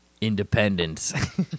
Independence